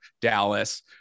Dallas